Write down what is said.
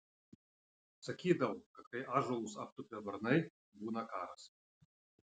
sakydavo kad kai ąžuolus aptupia varnai būna karas